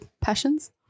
passions